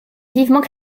vivement